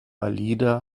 alida